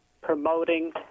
promoting